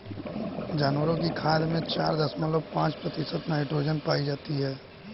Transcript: जानवरों की खाद में चार दशमलव पांच प्रतिशत नाइट्रोजन पाई जाती है